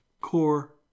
core